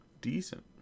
Decent